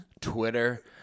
twitter